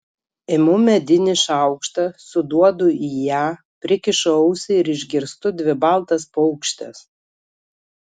imu medinį šaukštą suduodu į ją prikišu ausį ir išgirstu dvi baltas paukštes